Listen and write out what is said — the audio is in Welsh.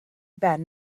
ben